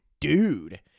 dude